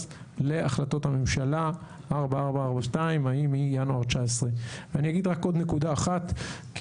להחלטות הממשלה 4442 ההיא מינואר 2019. אני אגיד רק עוד נקודה אחת.